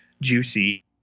juicy